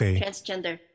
transgender